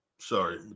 Sorry